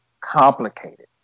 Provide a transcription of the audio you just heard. complicated